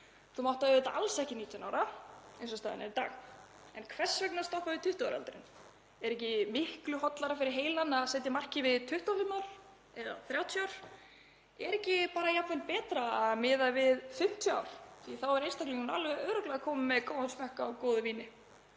Þú mátt það auðvitað alls ekki 19 ára eins og staðan er í dag. En hvers vegna að stoppa við 20 ára aldurinn? Er ekki miklu hollara fyrir heilann að setja markið við 25 ár eða 30 ár? Er ekki bara jafnvel betra að miða við 50 ár því að þá er einstaklingurinn alveg örugglega kominn með góðan smekk á góðu víni?